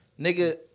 Nigga